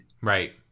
Right